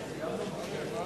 הצעת סיעת מרצ